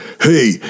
Hey